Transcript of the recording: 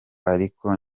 ariko